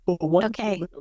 okay